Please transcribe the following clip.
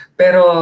pero